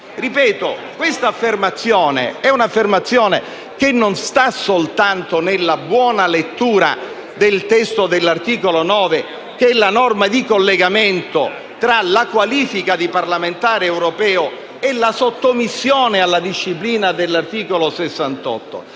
Questa affermazione - ripeto - non sta soltanto nella buona lettura del testo dell'articolo 9 del protocollo, che è la norma di collegamento tra la qualifica di parlamentare europeo e la sottomissione alla disciplina dell'articolo 68,